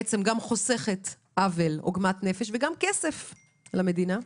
זה גם חוסך עוול ועוגמת נפש וגם חוסך כסף למדינה.